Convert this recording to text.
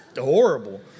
horrible